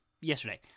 yesterday